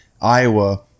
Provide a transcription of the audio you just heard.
Iowa